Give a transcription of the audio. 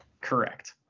correct